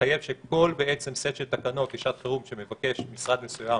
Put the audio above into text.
ושמחייב שכל סט של תקנות לשעת חירום שמבקש משרד מסוים